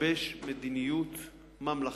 לגבש מדיניות ממלכתית.